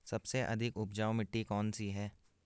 सबसे अधिक उपजाऊ मिट्टी कौन सी है?